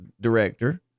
director